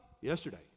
Yesterday